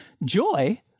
Joy